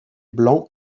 blanc